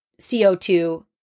CO2